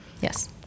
Yes